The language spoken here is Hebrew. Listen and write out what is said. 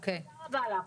תודה רבה לך.